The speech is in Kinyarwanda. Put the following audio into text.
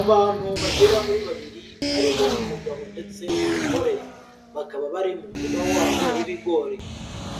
Abantu bagera muri babiri, harimo umugabo ndetse n'umugore, bakaba bari mu murima wabo w'ibigori,